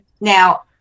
now